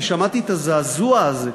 כי שמעתי את הזעזוע הזה,